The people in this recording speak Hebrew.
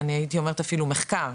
אני הייתי אומרת אפילו מחקר